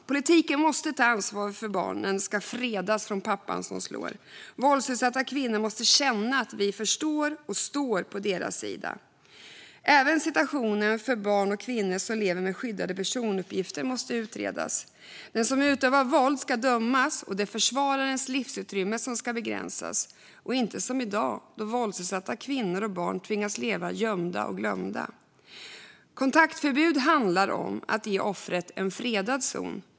Politiken måste ta ansvar för att barnen ska fredas från den pappa som slår. Våldsutsatta kvinnor måste känna att vi förstår dem och står på deras sida. Även situationen för barn och kvinnor som lever med skyddade personuppgifter måste utredas. Den som utövar våld ska dömas, och det är förövarens livsutrymme som ska begränsas. Det ska inte vara som i dag då våldsutsatta kvinnor och barn tvingas leva gömda och glömda. Kontaktförbud handlar om att ge offret en fredad zon.